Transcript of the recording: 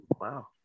Wow